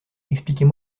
expliquez